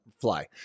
fly